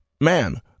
Man